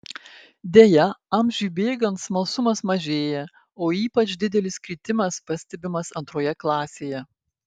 deja amžiui bėgant smalsumas mažėja o ypač didelis kritimas pastebimas antroje klasėje